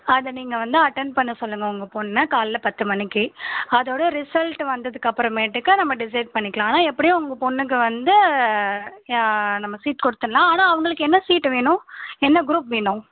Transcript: அதை நீங்கள் வந்து அட்டென் பண்ண சொல்லுங்கள் உங்கள் பொண்ணை காலைல பத்து மணிக்கு அதோடய ரிசல்ட் வந்ததுக்கப்புறமேட்டுக்கு நம்ம டிசைட் பண்ணிக்கலாம் ஆனால் எப்படியும் உங்கள் பொண்ணுக்கு வந்து நம்ம சீட் கொடுத்தர்லாம் ஆனால் அவங்களுக்கு என்ன சீட் வேணும் என்ன குரூப் வேணும்